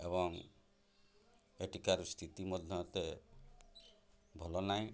ଏବଂ ଏଠିକାର ସ୍ଥିତି ମଧ୍ୟ ଏତେ ଭଲ ନାହିଁ